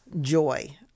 joy